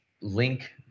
link